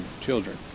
children